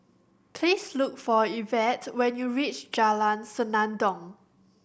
please look for Yvette when you reach Jalan Senandong